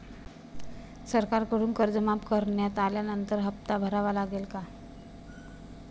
सरकारकडून कर्ज माफ करण्यात आल्यानंतर हप्ता भरावा लागेल का?